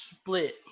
split